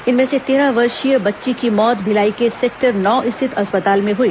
इनमें से तेरह वर्षीय बच्ची की मौत भिलाई के सेक्टर नौ स्थित अस्पताल में हुई